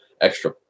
extra